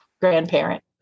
grandparent